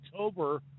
October